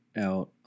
out